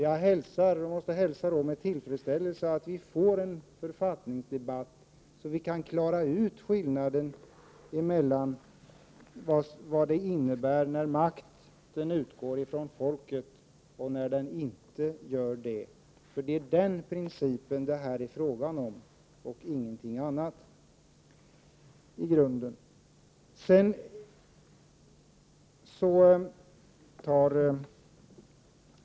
Jag skulle hälsa en författningsdebatt med glädje, så att vi kan klara ut skillnaden när makten utgår från folket och när den inte gör det. Det är denna princip som det här är fråga om, och i grunden ingenting annat.